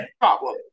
problem